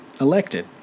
elected